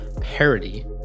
Parody